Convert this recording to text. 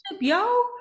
yo